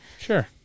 Sure